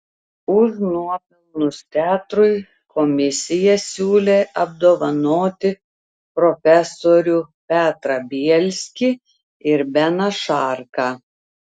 už nuopelnus teatrui komisija siūlė apdovanoti profesorių petrą bielskį ir beną šarką